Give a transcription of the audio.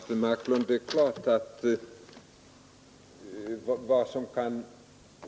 Fru talman!